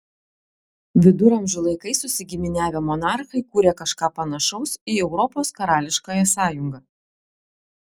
viduramžių laikais susigiminiavę monarchai kūrė kažką panašaus į europos karališkąją sąjungą